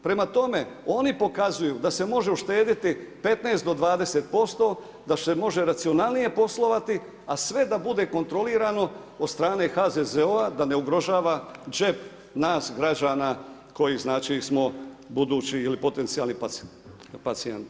Prema tome, oni pokazuju da se može uštedjeti 15-20%, da se može racionalnije poslovati, a sve da bude kontrolirano od strane HZZO-a, da ne ugrožava džep nas građana, koji znači smo budući ili potencijalni pacijenti.